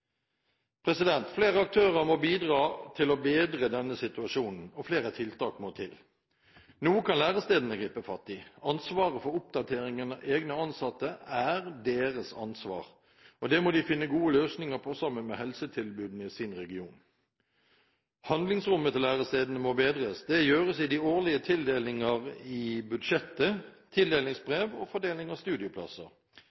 Flere aktører må bidra til å bedre denne situasjonen, og flere tiltak må til. Noe kan lærestedene gripe fatt i. Ansvaret for oppdatering av egne ansatte er deres ansvar, og det må de finne gode løsninger på sammen med helsetilbudene i sin region. Handlingsrommet til lærestedene må bedres. Det gjøres i de årlige tildelinger i budsjettet,